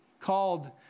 called